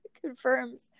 confirms